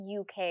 uk